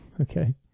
okay